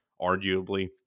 arguably